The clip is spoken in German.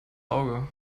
auge